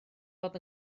fod